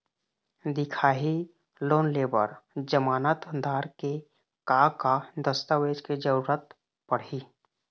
दिखाही लोन ले बर जमानतदार के का का दस्तावेज के जरूरत पड़ही?